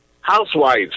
housewives